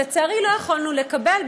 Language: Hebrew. שלצערי לא יכולנו לקבל,